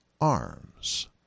arms